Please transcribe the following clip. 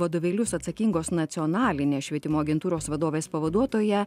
vadovėlius atsakingos nacionalinės švietimo agentūros vadovės pavaduotoja